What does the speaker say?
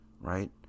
Right